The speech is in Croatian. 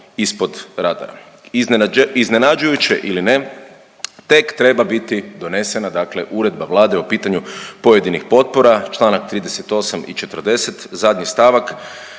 ispod radara. Iznenađujuće ili ne, tek treba biti donesena dakle uredba Vlade o pitanju pojedinih potpora, čl. 38 i 40, zadnji stavak,